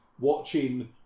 watching